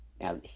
Now